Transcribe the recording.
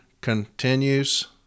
continues